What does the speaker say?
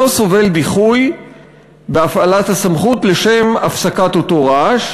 סובל דיחוי בהפעלת הסמכות לשם הפסקת אותו רעש,